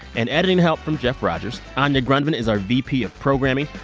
and editing help from jeff rogers. anya grundmann is our vp of programming.